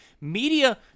media